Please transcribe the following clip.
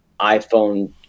iPhone